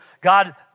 God